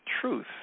truth